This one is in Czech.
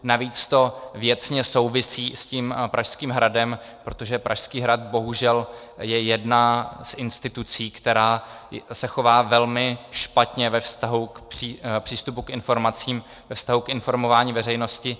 Navíc to věcně souvisí s tím Pražským hradem, protože Pražský hrad bohužel je jedna z institucí, která se chová velmi špatně ve vztahu k přístupu k informacím, ve vztahu k informování veřejnosti.